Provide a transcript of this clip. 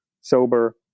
sober